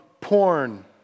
porn